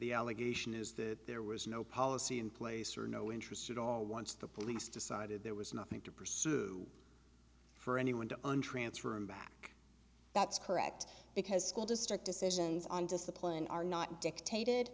the allegation is that there was no policy in place or no interest at all once the police decided there was nothing to pursue for anyone to untransformed back that's correct because school district decisions on discipline are not dictated